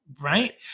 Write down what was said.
right